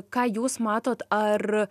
ką jūs matot ar